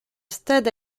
stade